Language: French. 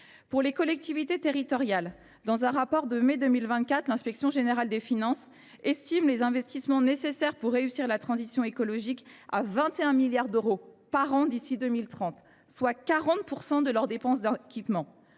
des collectivités territoriales ? Dans un rapport de mai 2024, l’inspection générale des finances (IGF) évaluait les investissements nécessaires pour réussir la transition écologique à 21 milliards d’euros par an d’ici à 2030, soit 40 % des dépenses d’équipement